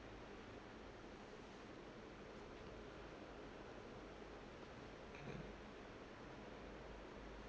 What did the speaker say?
mmhmm